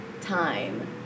time